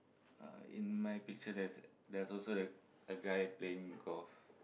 uh in my picture there is there is also a a guy playing golf